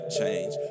change